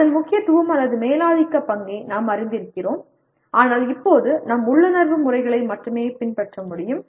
அதன் முக்கியத்துவம் அல்லது மேலாதிக்கப் பங்கை நாம் அறிந்திருக்கிறோம் ஆனால் இப்போது நம் உள்ளுணர்வு முறைகளை மட்டுமே பின்பற்ற முடியும்